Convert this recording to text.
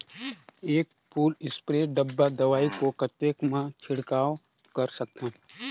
एक full spray डब्बा दवाई को कतेक म छिड़काव कर सकथन?